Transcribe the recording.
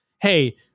hey